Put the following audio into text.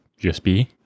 USB